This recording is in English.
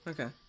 Okay